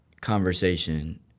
conversation